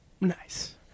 nice